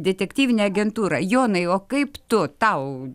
detektyvinę agentūrą jonai o kaip tu tau